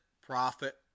profit